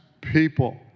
people